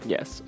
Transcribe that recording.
Yes